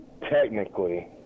technically